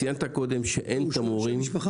ציינת קודם שאין מספיק